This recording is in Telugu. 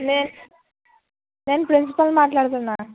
నేను నేను ప్రిన్సిపల్ మాట్లాడుతున్నాను